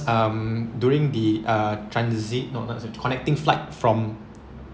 um during the uh transit no not transit connecting flight from